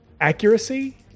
accuracy